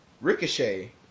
Ricochet